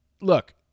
Look